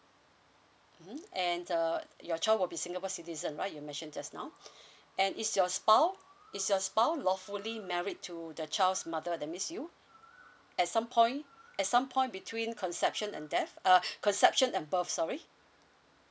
mmhmm and uh your child will be singapore citizen right you mentioned just now and is your spouse is your spouse lawfully married to the child's mother that means you at some point at some point between conception and death uh conception and birth sorry